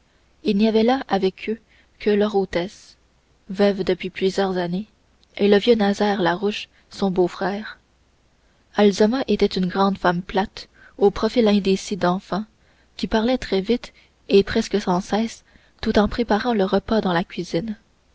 il n'y avait là avec eux que leur hôtesse veuve depuis plusieurs années et le vieux nazaire farouche son beau-frère azalma était une grande femme plate au profil indécis d'enfant qui parlait très vite et presque sans cesse tout en préparant le repas dans la cuisine